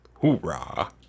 hoorah